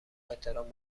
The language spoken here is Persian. احترام